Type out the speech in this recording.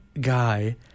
guy